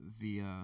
via